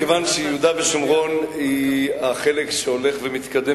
כיוון שיהודה ושומרון הם החלק שהולך ומתקדם